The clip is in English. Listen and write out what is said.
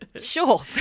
sure